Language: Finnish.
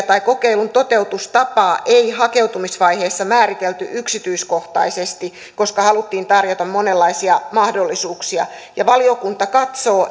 tai kokeilun toteutustapaa ei hakeutumisvaiheessa määritelty yksityiskohtaisesti koska haluttiin tarjota monenlaisia mahdollisuuksia ja valiokunta katsoo